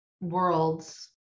worlds